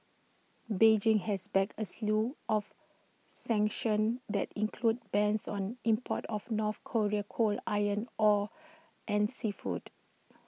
Beijing has backed A slew of sanctions that include bans on imports of north Korean coal iron ore and seafood